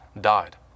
died